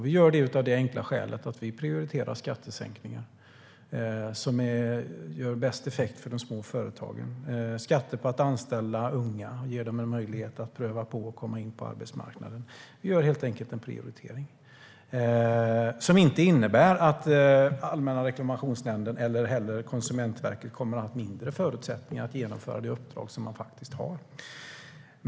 Vi gör det av det enkla skälet att vi prioriterar skattesänkningar som ger bäst effekt för de små företagen. Sänkta skatter på att anställa unga ger dem en möjlighet att pröva på och att komma in på arbetsmarknaden. Vi gör helt enkelt en prioritering, som inte innebär att Allmänna reklamationsnämnden eller Konsumentverket kommer att ha mindre förutsättningar att genomföra det uppdrag som de faktiskt har.